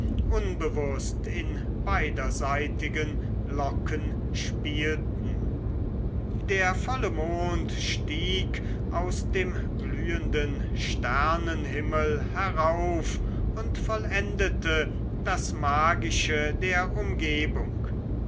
unbewußt in beiderseitigen locken spielten der volle mond stieg zu dem glühenden sternenhimmel herauf und vollendete das magische der umgebung